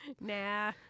nah